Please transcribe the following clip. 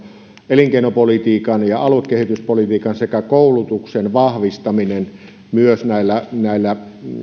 elinkeinopolitiikan ja aluekehityspolitiikan sekä koulutuksen vahvistaminen myös näillä näillä